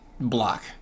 Block